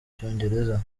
cyongereza